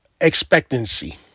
expectancy